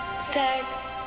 sex